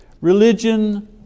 Religion